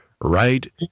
right